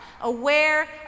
aware